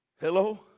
Hello